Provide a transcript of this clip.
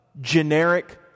generic